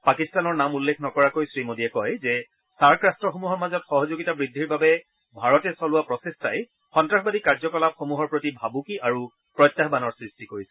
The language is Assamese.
পাকিস্তানৰ নাম উল্লেখ নকৰি শ্ৰীমোডীয়ে কয় যে ছাৰ্ক ৰাট্টসমূহৰ মাজত সহযোগিতা বৃদ্ধিৰ বাবে ভাৰতে চলোৱা প্ৰচেষ্টাই সন্তাসবাদী কাৰ্যকলাপসমূহৰ প্ৰতি ভাবুকি আৰু প্ৰত্যাহানৰ সৃষ্টি কৰিছে